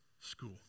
school